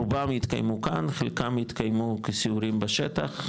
רובם יתקיימו כאן, חלקם יתקיימו בסיורים בשטח.